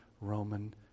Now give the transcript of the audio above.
Roman